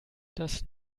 das